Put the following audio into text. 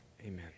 Amen